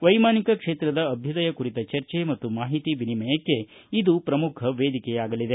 ವ್ಯೆಮಾನಿಕ ಕ್ಷೇತ್ರದ ಅಭ್ಯುದಯ ಕುರಿತ ಚರ್ಚೆ ಮತ್ತು ಮಾಹಿತಿ ವಿನಿಮಯಕ್ಕೆ ಇದು ಪ್ರಮುಖ ವೇದಿಕೆಯಾಗಲಿದೆ